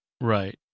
right